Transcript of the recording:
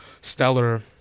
Stellar